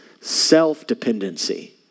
self-dependency